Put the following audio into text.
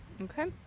Okay